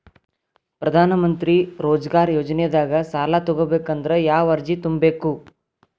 ಪ್ರಧಾನಮಂತ್ರಿ ರೋಜಗಾರ್ ಯೋಜನೆದಾಗ ಸಾಲ ತೊಗೋಬೇಕಂದ್ರ ಯಾವ ಅರ್ಜಿ ತುಂಬೇಕು?